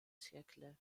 siècles